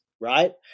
right